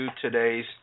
today's